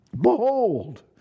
behold